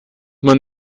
man